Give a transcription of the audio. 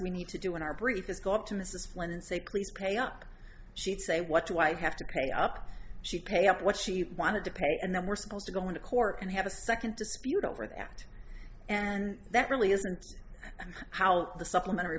we need to do in our brief is go up to mrs when and say please pay up she'd say what do i have to pay up she pay up what she wanted to pay and then we're supposed to go into court and have a second dispute over that and that really isn't how the supplementary